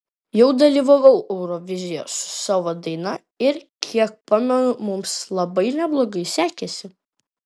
jau dalyvavau eurovizijoje su savo daina ir kiek pamenu mums labai neblogai sekėsi